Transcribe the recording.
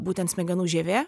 būtent smegenų žievė